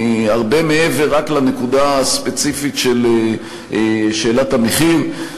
הרבה מעבר רק לנקודה הספציפית של שאלת המחיר.